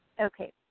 okay